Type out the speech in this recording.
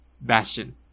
Bastion